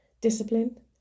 Discipline